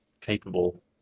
capable